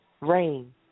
rain